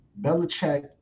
Belichick